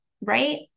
right